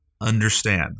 Understand